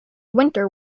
winter